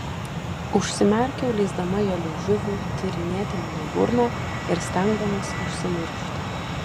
užsimerkiau leisdama jo liežuviui tyrinėti mano burną ir stengdamasi užsimiršti